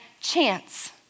chance